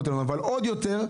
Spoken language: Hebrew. אבל עוד יותר,